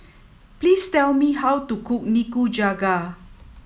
please tell me how to cook Nikujaga